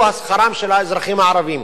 שכרם של האזרחים הערבים,